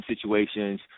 situations